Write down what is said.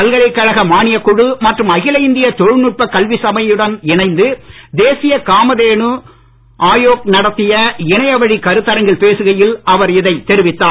பல்கலைக்கழக மானியக் குழு மற்றும் அகில இந்திய தொழில்நுட்ப கல்வி சபையுடன் இணைந்து தேசிய காமதேனு ஆயோக் நடத்திய இணையவழிக் கருத்தரங்கில் பேசுகையில் அவர் இதைத் தெரிவித்தார்